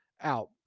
out